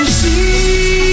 see